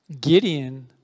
Gideon